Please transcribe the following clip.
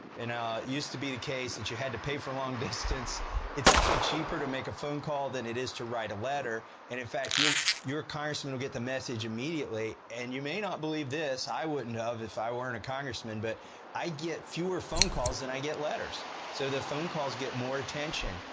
and i used to be the case that you had to pay for a long distance it's actually cheaper to make a phone call than it is to write a letter and in fact your congressman will get the message immediately and you may not believe this, i wouldn't have if i weren't a congressman, but i get fewer phone calls than and i get letters. so the phone calls get more attention.